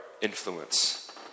influence